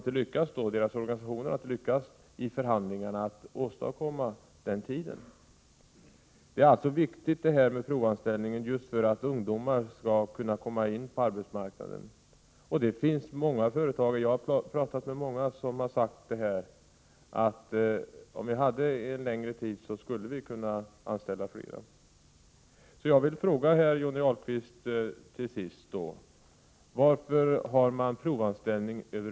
Men tyvärr har deras organisationer inte lyckats införa detta genom förhandlingar. Provanställningar är viktiga just för att få in ungdomarna på arbetsmarknaden. Jag har talat med många företagare som har sagt att om de hade möjlighet att anställa folk under en längre provanställningstid skulle de kunna anställa fler.